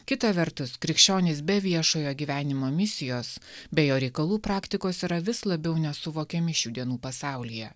kita vertus krikščionys be viešojo gyvenimo misijos be jo reikalų praktikos yra vis labiau nesuvokiami šių dienų pasaulyje